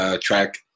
track